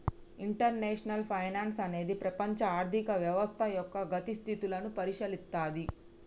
international finance అనేది ప్రపంచ ఆర్థిక వ్యవస్థ యొక్క గతి స్థితులను పరిశీలిత్తది